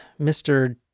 Mr